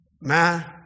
Man